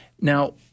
Now